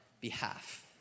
behalf